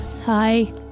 Hi